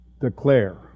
declare